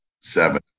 Seven